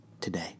today